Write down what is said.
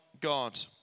God